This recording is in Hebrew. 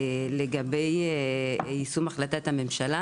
לגבי יישום החלטת הממשלה